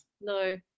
no